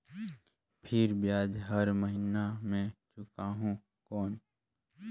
फिर ब्याज हर महीना मे चुकाहू कौन?